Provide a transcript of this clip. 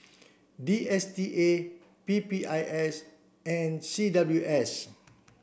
D S T A P P I S and C W S